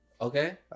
Okay